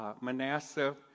Manasseh